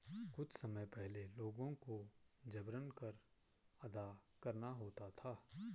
कुछ समय पहले लोगों को जबरन कर अदा करना होता था